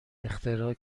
اختراع